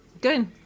Good